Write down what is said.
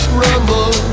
rumble